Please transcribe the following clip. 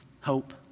hope